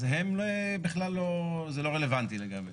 אז הם בכלל זה לא רלוונטי לגביהם.